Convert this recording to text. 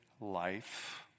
life